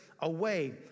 away